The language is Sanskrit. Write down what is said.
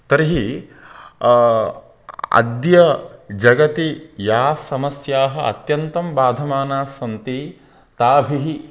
तर्हि अद्य जगति या समस्याः अत्यन्तं बाधमानास्सन्ति ताभिः